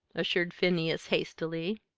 assured phineas, hastily.